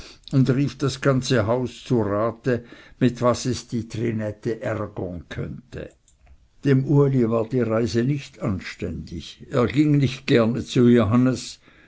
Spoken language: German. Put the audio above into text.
und rief das ganze haus zu rate mit was es die trinette ärgern könnte dem uli war die reise nicht anständig er ging nicht gerne zu johannes